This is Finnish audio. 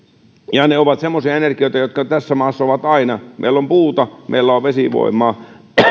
ja ne ovat semmoisia energioita jotka tässä maassa ovat aina meillä on puuta meillä on vesivoimaa